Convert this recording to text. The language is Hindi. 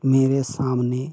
मेरे सामने